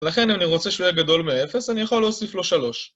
לכן אם אני רוצה שהוא יהיה גדול מאפס אני יכול להוסיף לו 3